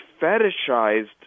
fetishized